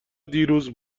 دیروز